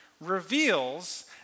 reveals